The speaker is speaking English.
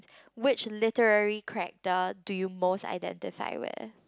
which literary character do you most identify with